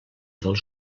dels